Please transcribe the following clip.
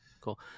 Cool